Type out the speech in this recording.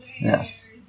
Yes